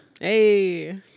Hey